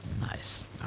Nice